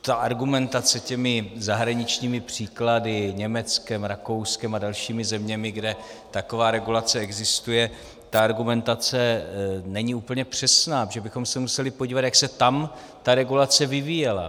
Ta argumentace zahraničními příklady, Německem, Rakouskem a dalšími zeměmi, kde taková regulace existuje, ta argumentace není úplně přesná, protože bychom se museli podívat, jak se tam ta regulace vyvíjela.